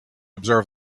observe